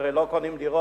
כי הרי לא קונים דירות,